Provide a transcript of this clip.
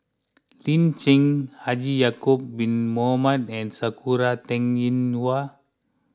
Lin Chen Haji Ya'Acob Bin Mohamed and Sakura Teng Ying Hua